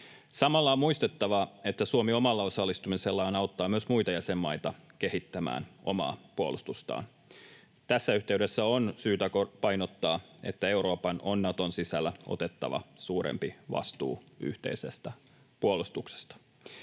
Samalla on muistettava, että Suomi omalla osallistumisellaan auttaa myös muita jäsenmaita kehittämään omaa puolustustaan. Tässä yhteydessä on syytä painottaa, että Euroopan on Naton sisällä otettava suurempi vastuu yhteisestä puolustuksesta.